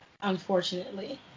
unfortunately